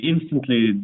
instantly